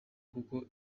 kuko